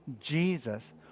Jesus